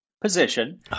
position